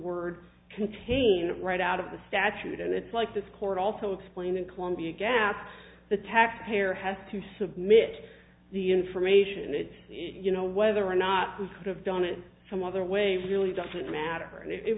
word contain it right out of the statute and it's like this court also explained in columbia gap the taxpayer has to submit the information that you know whether or not this could have done it some other way really doesn't matter i